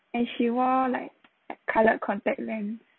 and she wore like coloured contact lens